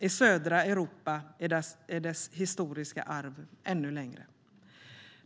I södra Europa är dess historiska arv ännu längre.